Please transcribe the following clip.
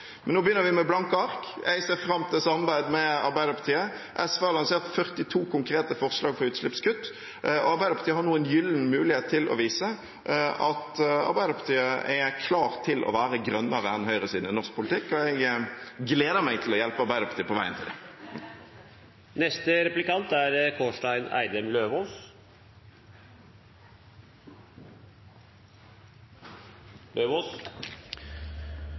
Men nå begynner vi med blanke ark. Jeg ser fram til samarbeid med Arbeiderpartiet. SV har lansert 42 konkrete forslag for utslippskutt. Arbeiderpartiet har nå en gyllen mulighet til å vise at Arbeiderpartiet er klar til å være grønnere enn høyresiden i norsk politikk, og jeg gleder meg til å hjelpe Arbeiderpartiet på veien til det. En av SVs virkelige seire er